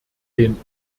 den